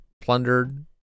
plundered